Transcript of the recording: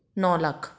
ਨੌ ਲੱਖ